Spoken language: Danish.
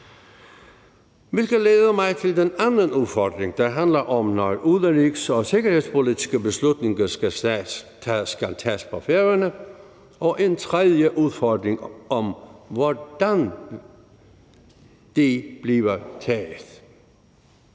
gælder Færøerne. En anden udfordring handler om, når udenrigs- og sikkerhedspolitiske beslutninger skal tages på Færøerne, og en tredje udfordring handler om, hvordan de bliver taget.